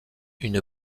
une